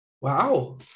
Wow